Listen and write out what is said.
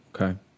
Okay